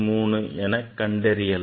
3 எனக் கண்டறியலாம்